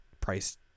price